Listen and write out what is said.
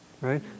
right